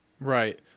Right